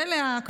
ואלה,